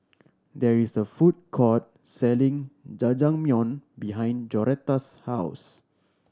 there is a food court selling Jajangmyeon behind Joretta's house